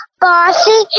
bossy